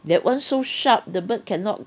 that [one] so sharp the bird cannot